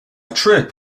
trip